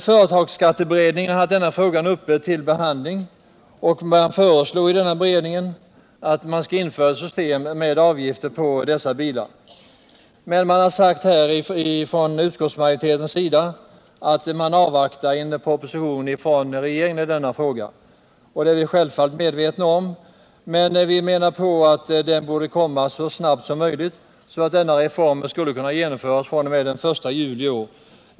Företagsskatteberedningen hade denna fråga uppe till behandling och föreslog att ett system skulle införas med avgifter på dessa bilar. Men utskottsmajoriteten säger att den avvaktar en proposition från regeringen i denna fråga. Det är vi självfallet medvetna om, men vi anser att den propositionen borde komma så snabbt som möjligt, så att denna reform skulle kunna genomföras fr.o.m. den I juli i år.